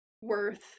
worth